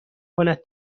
کند